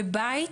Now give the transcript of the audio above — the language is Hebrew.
בבית,